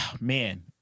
man